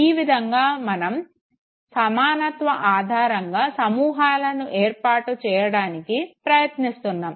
ఈ విధంగా మనం సమానత్వం ఆధారంగా సమూహాలను ఏర్పాటు చేయడానికి ప్రయత్నిస్తాము